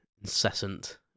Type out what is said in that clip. incessant